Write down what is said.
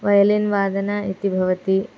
violin वादनम् इति भवति